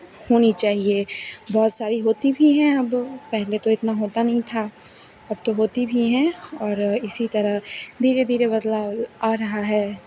होनी चाहिए बहुत सारी होती भी हैं अब पहले तो इतना होता नहीं था अब तो होती भी हैं और इसी तरह धीरे धीरे बदलाव आ रहा है